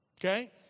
Okay